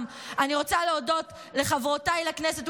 אני רוצה להודות לחברותיי לכנסת,